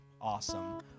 awesome